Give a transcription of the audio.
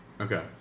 Okay